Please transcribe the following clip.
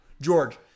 George